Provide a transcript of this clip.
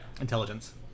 intelligence